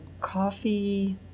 Coffee